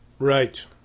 Right